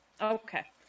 Okay